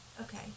Okay